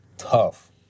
tough